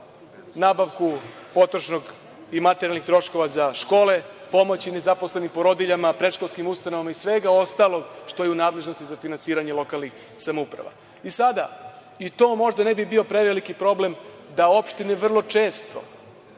nabavku materijala za škole, pomoć nezaposlenim porodiljama, predškolskim ustanovama i svega ostalog što je u nadležnosti za finansiranje lokalnih samouprava. Sada, to možda ne bi bio preveliki problem da opštine vrlo često